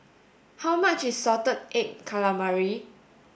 how much is salted egg calamari